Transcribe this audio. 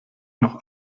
noch